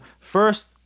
First